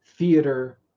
theater